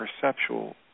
perceptual